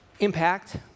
Impact